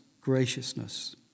graciousness